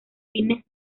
fines